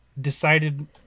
decided